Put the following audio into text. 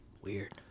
Weird